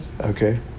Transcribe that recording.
Okay